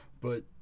But